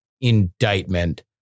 indictment